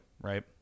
right